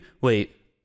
Wait